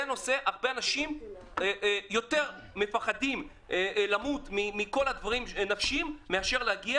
אנשים פוחדים יותר למות מבעיות נפשיות מלהגיע